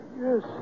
Yes